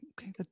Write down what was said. Okay